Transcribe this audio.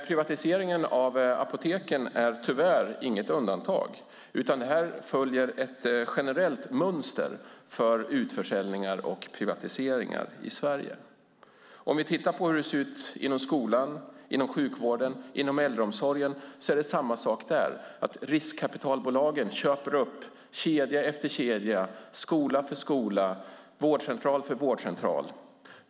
Privatiseringen av apoteken är tyvärr inget undantag utan följer ett generellt mönster för utförsäljningar och privatiseringar i Sverige. Om vi tittar på hur det ser ut inom skolan, inom sjukvården och inom äldreomsorgen ser vi samma sak där: Riskkapitalbolagen köper upp kedja efter kedja, skola efter skola, vårdcentral efter vårdcentral.